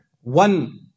One